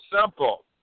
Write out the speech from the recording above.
simple